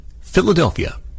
Philadelphia